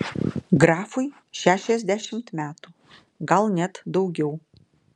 grafui šešiasdešimt metų gal net daugiau